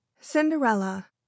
Cinderella